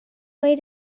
way